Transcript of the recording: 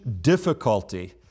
difficulty